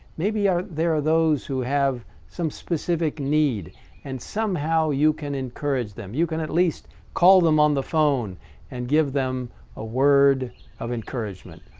maybe there are those who have some specific need and somehow you can encourage them. you can at least call them on the phone and give them a word of encouragement.